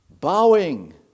bowing